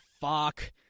fuck